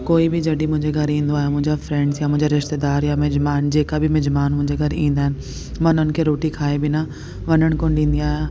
कोई बि जॾहिं मुंहिंजे घरु इंदो आहे मुंहिंजा फैंड्स या मुंहिंजा रिश्तेदार या मिजमान जेका बि मिजमान मुंहिंजे घरु ईंदा आहिनि मां उननि खे रोटी खाइ बिना वञण कोन्ह ॾींदी आहियां